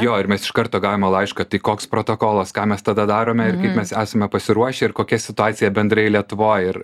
jo ir mes iš karto gavome laišką tik koks protokolas ką mes tada darome ir kaip mes esame pasiruošę ir kokia situacija bendrai lietuvoj ir